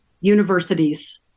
universities